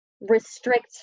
restrict